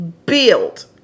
Build